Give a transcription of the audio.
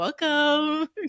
Welcome